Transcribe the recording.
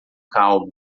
calmo